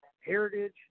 Heritage